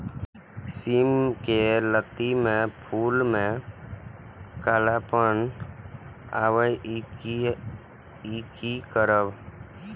सिम के लत्ती में फुल में कालापन आवे इ कि करब?